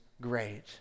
great